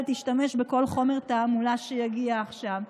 תשתמש בכל חומר תעמולה שיגיע עכשיו.